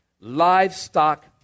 livestock